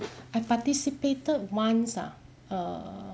I participated once ah err